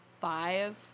five